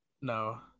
No